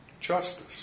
justice